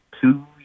two